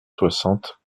soixante